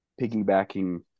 piggybacking